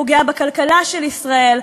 פוגע בכלכלה של ישראל.